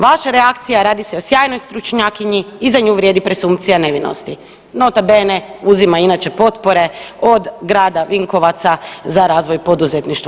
Vaša reakcija, radi se o sjajnoj stručnjakinji i za nju vrijedi presumpcija nevinosti, nota bene uzima inače potpore od grada Vinkovaca za razvoj poduzetništva.